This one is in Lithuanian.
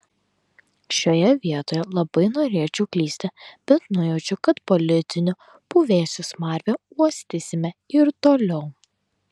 šioje vietoje labai norėčiau klysti bet nujaučiu kad politinių puvėsių smarvę uostysime ir toliau